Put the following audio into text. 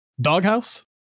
Doghouse